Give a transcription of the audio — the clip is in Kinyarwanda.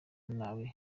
nabi